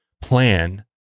plan